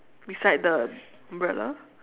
beside the umbrella